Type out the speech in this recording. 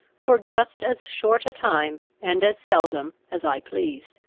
for just as short a time, and as seldom, as i pleased.